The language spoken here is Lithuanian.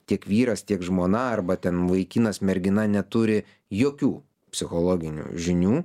tiek vyras tiek žmona arba ten vaikinas mergina neturi jokių psichologinių žinių